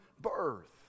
birth